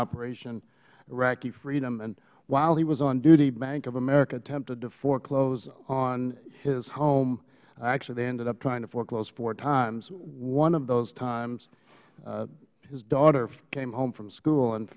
operation iraqi freedom and while he was on duty bank of america attempted to foreclose on his home or actually they ended up trying to foreclose four times one of those times his daughter came home from school and